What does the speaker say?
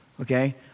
okay